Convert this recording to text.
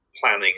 planning